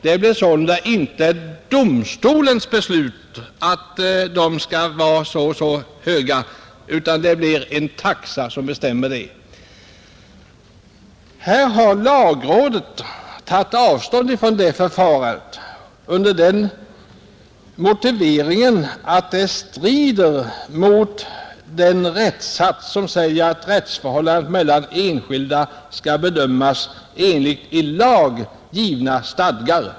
Det blir sålunda inte domstolen som beslutar hur hög ersättningen skall vara, utan det avgöres av en taxa. Lagrådet har tagit avstånd från detta förfarande med motiveringen att det strider mot den rättssats som säger att rättsförhål landen mellan enskilda skall bedömas enligt i lag givna stadgar.